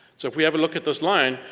so if we have a look at this line,